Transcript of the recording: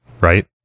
right